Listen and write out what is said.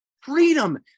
freedom